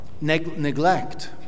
neglect